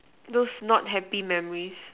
those not happy memories